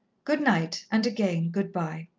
good-night, and again good-bye.